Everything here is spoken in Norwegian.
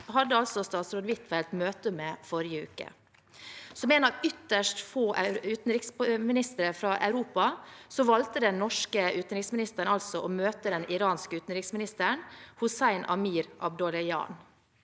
utenriksminister Huitfeldt møte med i forrige uke. Som en av ytterst få utenriksministre fra Europa valgte den norske utenriksministeren å møte den iranske utenriksministeren, Hossein Amir-Abdollahian.